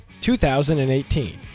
2018